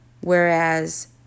Whereas